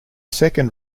second